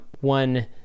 one